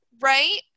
right